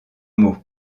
meaux